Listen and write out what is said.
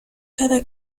cada